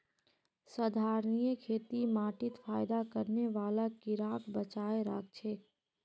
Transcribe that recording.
संधारणीय खेती माटीत फयदा करने बाला कीड़ाक बचाए राखछेक